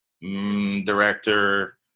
director